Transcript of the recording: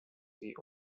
sie